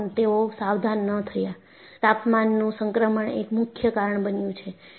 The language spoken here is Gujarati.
તોપણ તેઓ સાવધાન ન થયા તાપમાનમાંનું સંક્રમણ એ મુખ્ય કારણ બન્યું છે